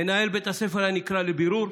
מנהל בית הספר היה נקרא לבירור,